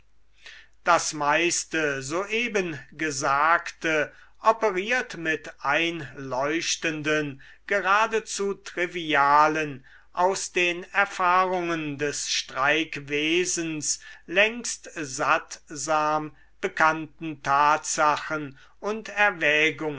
das meiste soeben gesagte operiert mit einleuchtenden geradezu trivialen aus den erfahrungen des streikwesens längst sattsam bekannten tatsachen und erwägungen